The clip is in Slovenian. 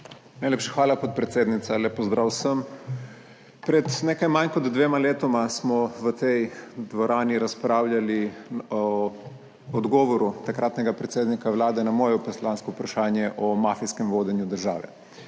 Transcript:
Najlepša hvala, podpredsednica. Lep pozdrav vsem! Pred nekaj manj kot dvema letoma smo v tej dvorani razpravljali o odgovoru takratnega predsednika Vlade na moje poslansko vprašanje o mafijskem vodenju države.